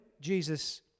Jesus